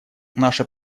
наше